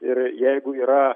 ir jeigu yra